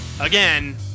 Again